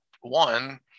one